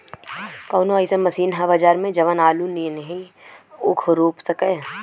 कवनो अइसन मशीन ह बजार में जवन आलू नियनही ऊख रोप सके?